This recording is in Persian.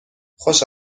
خوش